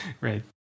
Right